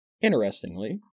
Interestingly